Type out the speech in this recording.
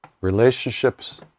relationships